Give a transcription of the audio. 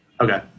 Okay